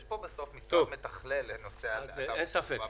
ויש פה בסוף משרד מתכלל לנושא התעופה --- אין ספק.